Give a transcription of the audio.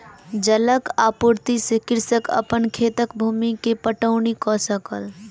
जलक आपूर्ति से कृषक अपन खेतक भूमि के पटौनी कअ सकल